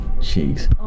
cheeks